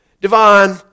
Devon